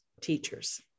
teachers